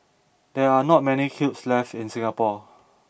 there are not many kilns left in Singapore